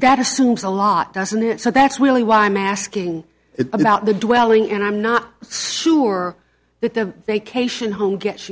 that assumes a lot doesn't it so that's really why i'm asking about the dwelling and i'm not sure that the vacation home gets